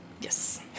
yes